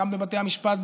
גם בבתי המשפט,